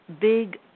big